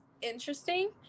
interesting